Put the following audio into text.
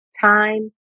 time